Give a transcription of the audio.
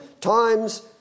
times